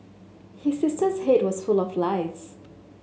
his sister's head was full of lice